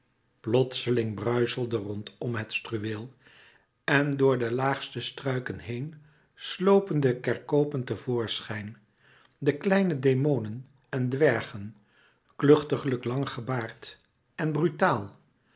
plotseling bruischelde rondom het struweel en door de laagste struiken heen slopen de kerkopen te voorschijn de kleine dæmonen en dwergen kluchtiglijk lang gebaard en brutaal